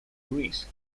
greece